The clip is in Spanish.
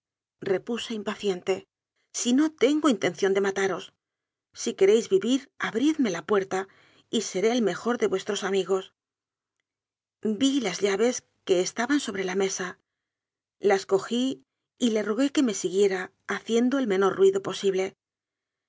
impa ciente si no tengo intención de mataros si que réis vivir abridme la puerta y seré el mejor de vuestros amigos vi las llaves que estaban sobre la mesa las cogí y le rogué que me siguiera ha ciende el menor ruido posible